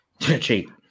Cheap